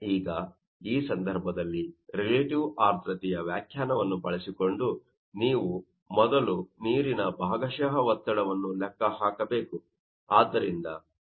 ಈಗ ಈ ಸಂದರ್ಭದಲ್ಲಿ ರಿಲೇಟಿವ್ ಆರ್ದ್ರತೆಯ ವ್ಯಾಖ್ಯಾನವನ್ನು ಬಳಸಿಕೊಂಡು ನೀವು ಮೊದಲು ನೀರಿನ ಭಾಗಶಃ ಒತ್ತಡವನ್ನು ಲೆಕ್ಕ ಹಾಕಬೇಕು